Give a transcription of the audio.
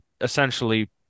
essentially